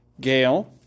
Gail